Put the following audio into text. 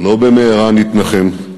לא במהרה נתנחם.